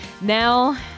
now